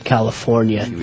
California